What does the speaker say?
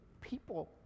people